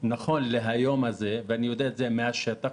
נכון להיום ואני יודע את זה מהשטח,